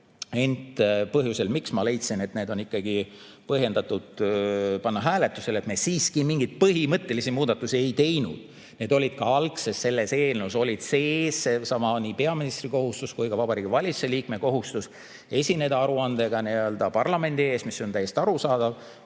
Ent põhjus, miks ma leidsin, et on ikkagi põhjendatud panna need hääletusele, oli see, et me siiski mingeid põhimõttelisi muudatusi ei teinud. Need olid ka algses eelnõus sees, nii seesama peaministri kohustus kui ka Vabariigi Valitsuse liikme kohustus esineda aruandega parlamendi ees. See on täiesti arusaadav.